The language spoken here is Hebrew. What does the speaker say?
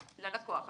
ללקוח.